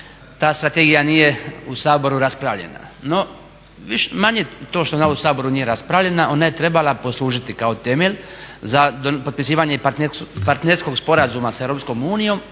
ta strategija nije u Saboru raspravljena. Više-manje to što u Saboru ona nije raspravljena ona je trebala poslužiti kao temelj za potpisivanje partnerskog sporazuma sa EU i